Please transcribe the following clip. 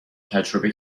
تجربه